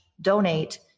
donate